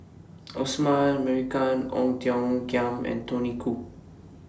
Osman Merican Ong Tiong Khiam and Tony Khoo